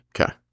Okay